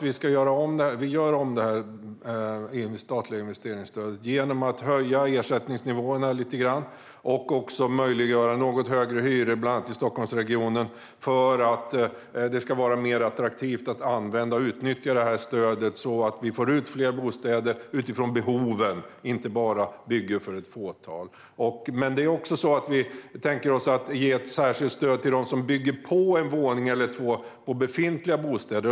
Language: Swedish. Vi gör om det statliga investeringsstödet genom att höja ersättningsnivåerna lite grann och också möjliggöra för något högre hyror, bland annat i Stockholmsregionen, för att det ska vara mer attraktivt att utnyttja stödet så att det blir fler bostäder utifrån behoven, inte bara bygga för ett fåtal. Vi tänker oss också att ge ett särskilt stöd för dem som bygger på en våning eller två på befintliga bostäder.